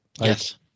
yes